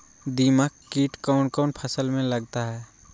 दीमक किट कौन कौन फसल में लगता है?